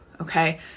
Okay